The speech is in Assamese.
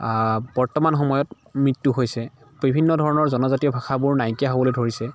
বৰ্তমান সময়ত মৃত্যু হৈছে বিভিন্ন ধৰণৰ জনজাতীয় ভাষাবোৰ নাইকিয়া হ'বলৈ ধৰিছে